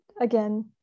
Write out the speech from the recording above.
again